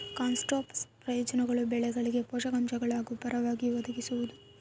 ಕಾಂಪೋಸ್ಟ್ನ ಪ್ರಯೋಜನಗಳು ಬೆಳೆಗಳಿಗೆ ಪೋಷಕಾಂಶಗುಳ್ನ ಗೊಬ್ಬರವಾಗಿ ಒದಗಿಸುವುದು